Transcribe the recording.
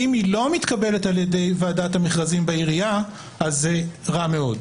ואם היא לא מתקבלת על ידי ועדת המכרזים בעירייה אז זה רע מאוד,